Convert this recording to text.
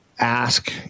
Ask